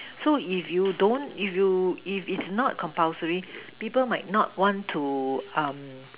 so if you don't if you if if not compulsory people might not want to um